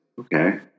okay